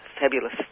fabulous